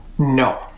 No